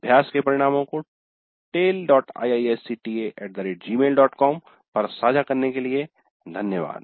अभ्यास के परिणामों को taleiisctagmailcom पर साझा करने के लिए धन्यवाद